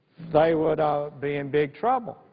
they would be in big trouble,